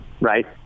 Right